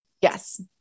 Yes